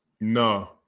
no